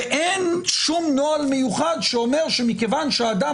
ואין שום נוהל מיוחד שאומר שמכיוון שהאדם